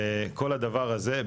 כל הדבר הזה,